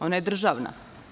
Ona je državna.